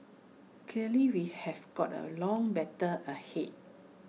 clearly we have got A long battle ahead